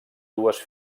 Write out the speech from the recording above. dues